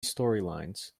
storylines